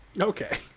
Okay